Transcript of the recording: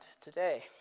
today